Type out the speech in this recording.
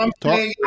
Talk